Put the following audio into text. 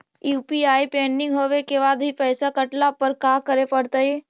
UPI pending होवे के बाद भी पैसा कटला पर का करे पड़तई?